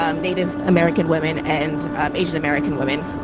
um native american women and asian american women.